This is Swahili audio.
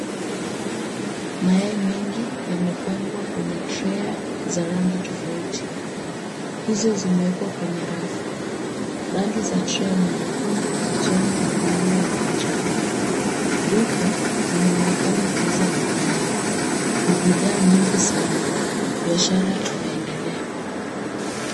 Mayai mengi yamepangwa kwenye [cs ] trei [cs ] za rangi tofauti. Hizo zimewekwa kwenye rafu. Rangi za trei ni nyekundu, kijani, bluu na njano. Duka linaonekana kuuza mayai. Ni bidhaa nyingi sana. Biashara inaendelea.